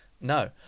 No